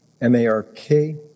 M-A-R-K